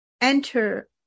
Enter